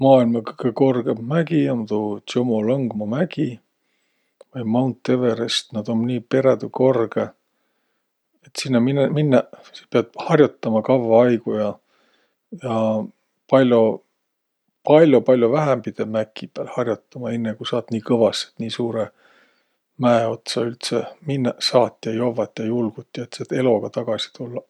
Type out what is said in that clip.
Maailma kõgõ korgõmb mägi um tuu Džomolungma mägi vai Mount Everest. No tuu um nii perädü korgõ, et sinnäq mine- minnäq, sis piät har'otama kavva aigu ja. Ja pall'o, pall'o-pal'o vähämbide mäki pääl har'otama, inne, ku saat nii kõvas, et nii suurõ mäe otsa üldse minnäq saat ja jovvat ja julgut ja et säält eloga tagasi tullaq.